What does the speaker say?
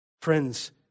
Friends